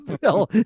Bill